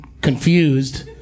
confused